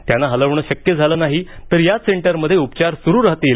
त्यांना हलवणं शक्य झालं नाही तर याच सेंटरमध्ये उपचार सुरू राहतील